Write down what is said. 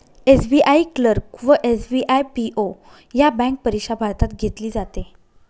SBI clerk व SBI PO ह्या bank परीक्षा भारतात घेतली जाते